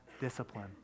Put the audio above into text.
discipline